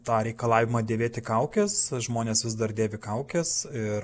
tą reikalavimą dėvėti kaukes žmonės vis dar dėvi kaukes ir